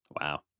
Wow